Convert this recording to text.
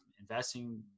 investing